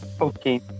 okay